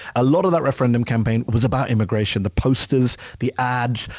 a lot of that referendum campaign was about immigration. the posters, the ads.